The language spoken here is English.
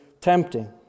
tempting